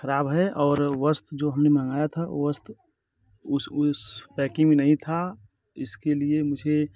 ख़राब है और वस्तु जो हम ने मंगाया था वस्तू उस उस पैकिंग में नहीं था इसके लिए मुझे